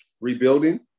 rebuilding